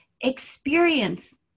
experience